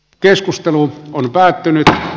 keskustelu on päättynyt